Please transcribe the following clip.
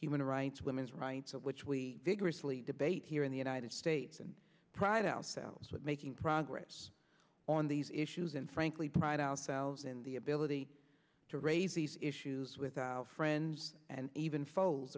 human rights women's rights which we vigorously debate here in the united states and pride ourselves with making progress on these issues and frankly pride ourselves in the ability to raise these issues with our friends and even fol